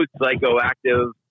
psychoactive